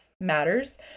matters